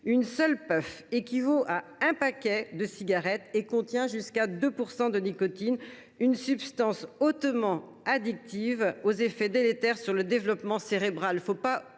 une seule puff équivaut à un paquet de cigarettes et contient jusqu’à 2 % de nicotine, substance hautement addictive, aux effets délétères sur le développement cérébral.